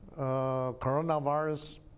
coronavirus